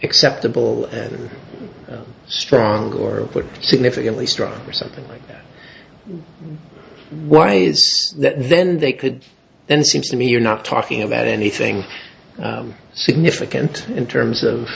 acceptable and stronger or significantly stronger or something like that why is that then they could then seems to me you're not talking about anything significant in terms of